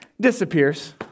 Disappears